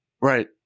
Right